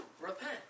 repent